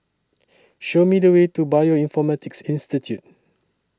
Show Me The Way to Bioinformatics Institute